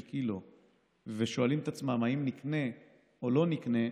לקילו ושואלים את עצמם: האם נקנה או לא נקנה,